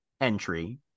entry